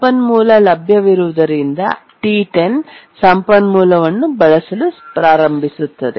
ಸಂಪನ್ಮೂಲ ಲಭ್ಯವಿರುವುದರಿಂದ T10 ಸಂಪನ್ಮೂಲವನ್ನು ಬಳಸಲು ಪ್ರಾರಂಭಿಸುತ್ತದೆ